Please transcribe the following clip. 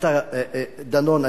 דנון,